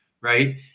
right